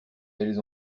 elles